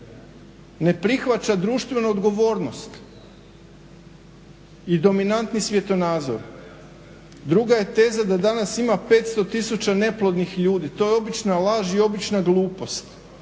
Ne prihvaća društvenu odgovornost i dominantni svjetonazor. Druga je teza da danas ima 500000 neplodnih ljudi. To je obična laž i obična glupost.